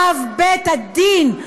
אב בית-הדין,